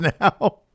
now